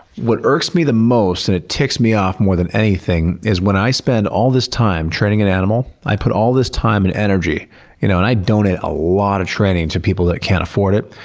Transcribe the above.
what irks me the most, and it ticks me off more than anything is when i spend all this time training an animal i put all this time and energy you know and i donate a lot of training to people who can't afford it.